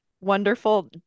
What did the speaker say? wonderful